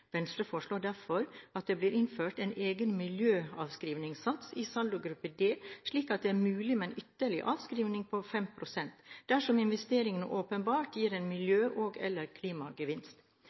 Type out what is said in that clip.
Venstre foreslår derfor at det blir innført en egen miljøavskrivningssats i saldogruppe d, slik at det er mulig med en ytterligere avskrivning på 5 pst. dersom investeringen åpenbart gir en miljø- og/eller klimagevinst.